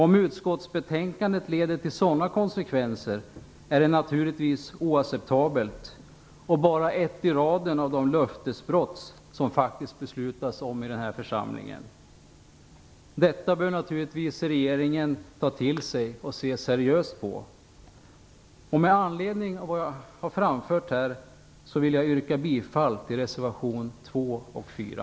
Om utskottsbetänkandet leder till sådana konsekvenser är det naturligtvis oacceptabelt, och bara ett i raden av de löftesbrott som faktiskt beslutas om i den här församlingen. Detta bör naturligtvis regeringen ta till sig och se seriöst på. Med anledning av vad jag har framfört vill jag yrka bifall till reservationerna 2 och 4.